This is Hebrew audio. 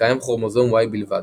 וקיים כרומוזום Y בלבד,